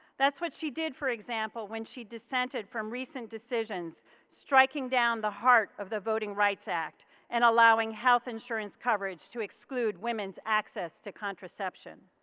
that's what she did for example, when she dissented from recent decisions striking down the heart of the voting rights act and allowing health insurance coverage to exclude women's access to contraception.